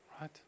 Right